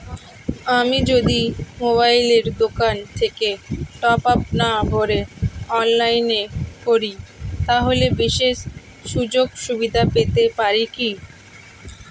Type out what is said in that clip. আমি যদি মোবাইলের দোকান থেকে টপআপ না ভরে অনলাইনে করি তাহলে বিশেষ সুযোগসুবিধা পেতে পারি কি?